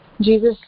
Jesus